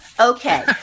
Okay